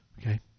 Okay